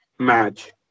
match